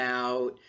out